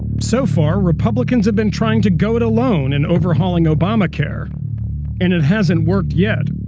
so far, republicans have been trying to go it alone in overhauling obamacare and it hasn't worked yet.